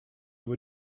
его